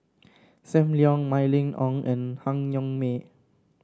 Sam Leong Mylene Ong and Han Yong May